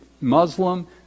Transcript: Muslim